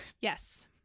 Yes